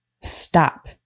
stop